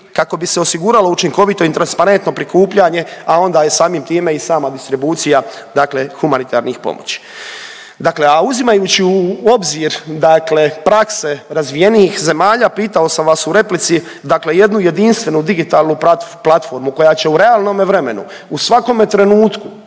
kako bi se osiguralo učinkovito i transparentno prikupljanje, a onda i samim time i sama distribucija dakle humanitarnih pomoći. Dakle, a uzimajući u obzir dakle prakse razvijenijih zemalja pitao sam vas u replici dakle jednu jedinstvenu digitalnu platformu koja će u realnome vremenu u svakome trenutku,